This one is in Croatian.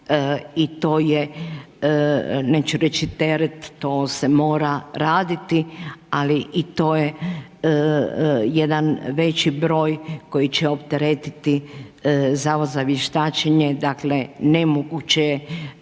i to je neću reći teret, to se mora raditi ali i to je jedan veći broj koji će opteretiti Zavod za vještačenje, dakle nemoguće